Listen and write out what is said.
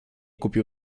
kupił